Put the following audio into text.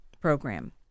Program